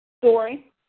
story